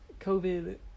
COVID